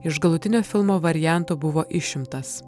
iš galutinio filmo varianto buvo išimtas